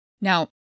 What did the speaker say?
Now